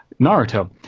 Naruto